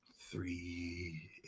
Three